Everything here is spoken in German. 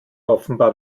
offenbar